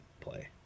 play